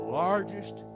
largest